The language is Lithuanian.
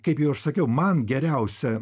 kaip jau aš sakiau man geriausia